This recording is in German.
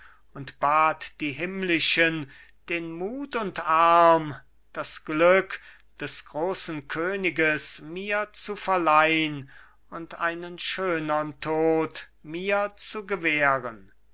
und bat die himmlischen den mut und arm das glück des großen königes mir zu verleihn und einen schönern tod mir zu gewähren